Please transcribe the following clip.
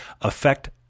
affect